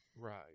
Right